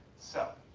so,